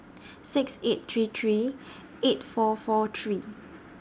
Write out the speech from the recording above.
six eight three three eight four four three